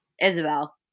Isabel